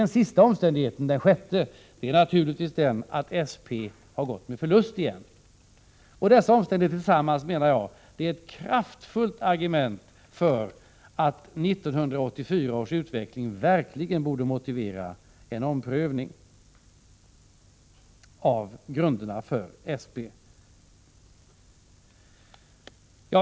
En sista omständighet är naturligtvis att SP åter gått med förlust. Dessa omständigheter tillsammans är ett kraftfullt argument för att 1984 års utveckling verkligen borde motivera en omprövning av grunderna för SP.